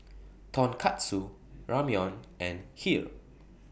Tonkatsu Ramyeon and Kheer